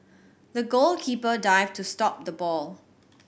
the goalkeeper dived to stop the ball